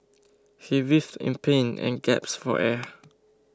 he writhed in pain and gasped for air